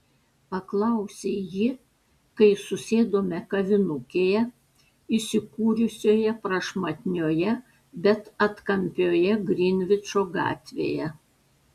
paklausė ji kai susėdome kavinukėje įsikūrusioje prašmatnioje bet atkampioje grinvičo gatvėje